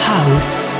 House